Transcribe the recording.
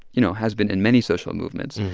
you know, has been in many social movements.